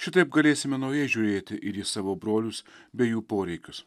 šitaip galėsime naujai žiūrėti ir į savo brolius bei jų poreikius